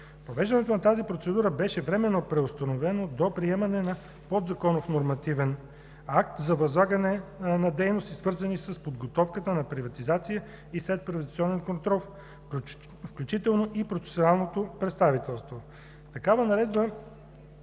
Провеждането на тази процедура беше временно преустановена до приемане на подзаконов нормативен акт за възлагане на дейности, свързани с подготовката на приватизация и следприватизационен контрол, включително и процесуалното представителство.